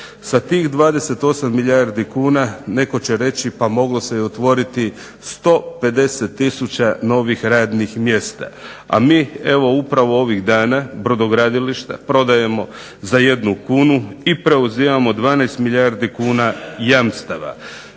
Sa tih 28 milijardi kuna netko će reći moglo se otvoriti 150 tisuća novih radnih mjesta, a mi upravo ovih dana brodogradilišta prodajemo za 1 kunu i preuzimamo 12 milijardi kuna jamstava